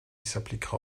s’appliquera